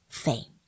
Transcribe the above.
fame